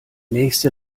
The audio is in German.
nächste